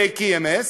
TKMS,